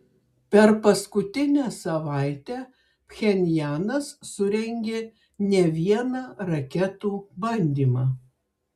per paskutinę savaitę pchenjanas surengė ne vieną raketų bandymą